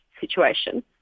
situation